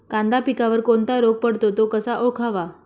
कांदा पिकावर कोणता रोग पडतो? तो कसा ओळखावा?